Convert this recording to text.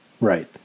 Right